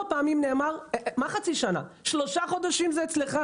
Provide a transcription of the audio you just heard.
פעמים נאמר לו שתוך שלושה חודשים זה אצלו,